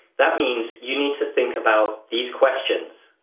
that means you need to think about these questions